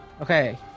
Okay